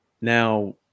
Now